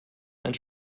einen